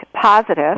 positive